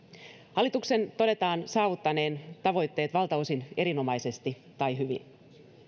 hallituksen todetaan saavuttaneen tavoitteet valtaosin erinomaisesti tai hyvin